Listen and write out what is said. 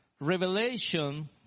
revelation